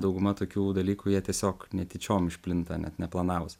dauguma tokių dalykų jie tiesiog netyčiom išplinta net neplanavus